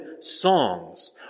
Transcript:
songs